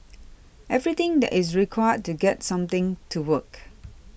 everything that is required to get something to work